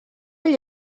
gli